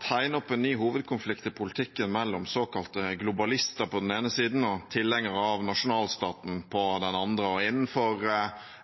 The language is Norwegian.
tegne opp en ny hovedkonflikt i politikken – mellom såkalte globalister på den ene siden og tilhengere av nasjonalstaten på den andre. Innenfor